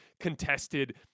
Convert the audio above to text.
contested